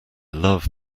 love